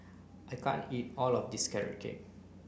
I can't eat all of this carrot cake